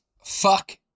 fuck